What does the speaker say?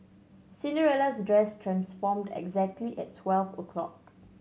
Cinderella's dress transformed exactly at twelve o'clock